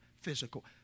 physical